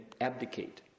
abdicate